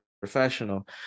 professional